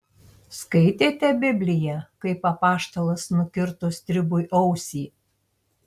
skaitėte bibliją kaip apaštalas nukirto stribui ausį